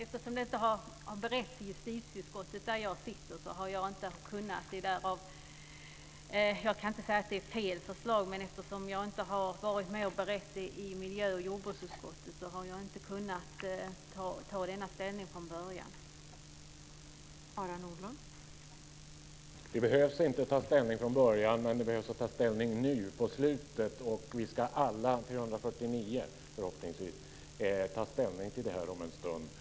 Fru talman! Det behövs inte tas ställning från början, men det behövs tas ställning nu på slutet. Förhoppningsvis ska vi alla 349 ta ställning till detta om en stund.